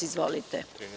Izvolite.